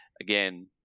again